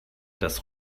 das